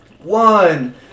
One